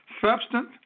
substance